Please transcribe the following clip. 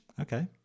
Okay